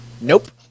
Nope